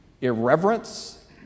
irreverence